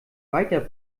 weiter